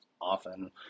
often